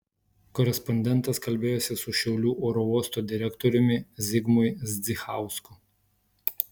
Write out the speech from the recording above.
korespondentas kalbėjosi su šiaulių oro uosto direktoriumi zigmui zdzichausku